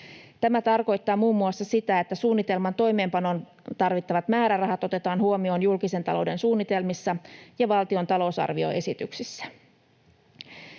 Tämä tarkoittaa muun muassa sitä, että suunnitelman toimeenpanoon tarvittavat määrärahat otetaan huomioon julkisen talouden suunnitelmissa ja valtion talousarvioesityksissä.